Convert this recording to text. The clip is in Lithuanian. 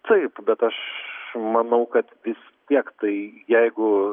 taip bet aš manau kad vis tiek tai jeigu